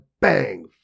bang